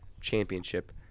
championship